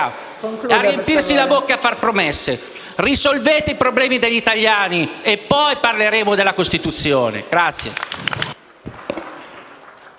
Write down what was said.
a riempirsi la bocca e a fare promesse: risolvete i problemi degli italiani e poi parleremo della Costituzione.